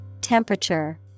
temperature